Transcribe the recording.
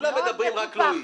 שכולם מדברים, רק לא היא.